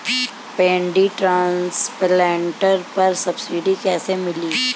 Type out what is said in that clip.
Paddy transplanter पर subsidy कैसे मिली?